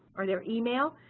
or their email,